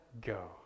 go